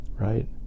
right